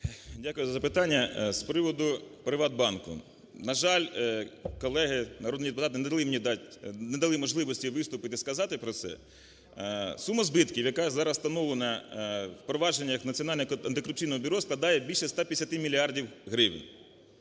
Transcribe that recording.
Дякую за запитання. З приводу "Приватбанку". На жаль, колеги… народні депутати не дали мені можливості виступити і сказати про це. Сума збитків, яка зараз встановлена провадженням Національного антикорупційного бюро складає більше 150 мільярдів